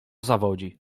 zawodzi